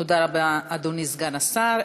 תודה רבה, אדוני השר.